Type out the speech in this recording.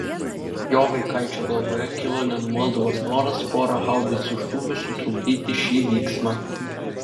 jo vaikaičio galvoje kilo nenumaldomas noras pora haubicų šūvių sutrukdyti šį vyksmą